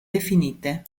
definite